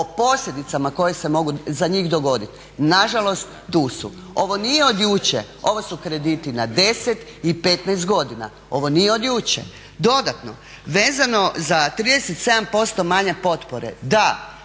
o posljedicama koje se mogu za njih dogoditi. Nažalost tu su. Ovo nije od jučer, ovo su krediti na 10 i 15 godina. Ovo nije od jučer. Dodatno vezano za 37% manje potpore, da